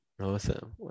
awesome